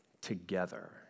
together